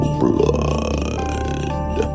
blood